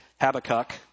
Habakkuk